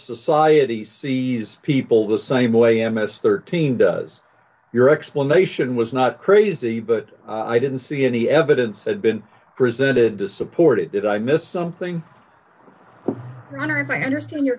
society sees people the same way a mess thirteen does your explanation was not crazy but i didn't see any evidence had been presented to support it did i miss something wrong or if i understand your